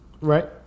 Right